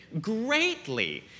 greatly